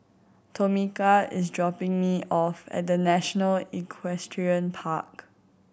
Tomika is dropping me off at The National Equestrian Park